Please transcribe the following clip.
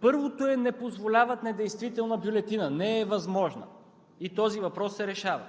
Първото е, че не позволяват недействителна бюлетина, не е възможна, и този въпрос се решава.